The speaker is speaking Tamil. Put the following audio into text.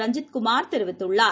ரஞ்சித் குமார் தெரிவித்துள்ளார்